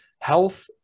health